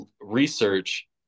research